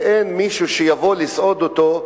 ואין מישהו שיבוא לסעוד אותו,